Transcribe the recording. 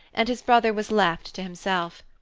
and his brother was left to himself.